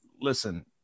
listen